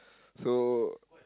so